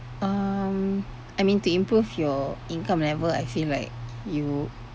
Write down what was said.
um I mean to improve your income level I feel like you